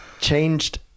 changed